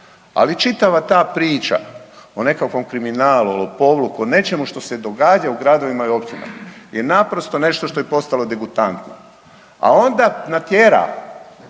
Ali čitava ta priča o nekakvom kriminalu, lopovluku, nečemu što se događa u gradovima i općinama je naprosto nešto što je postalo degutantno, a onda natjera